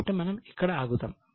కాబట్టి మనం ఇక్కడ ఆగుదాం